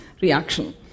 reaction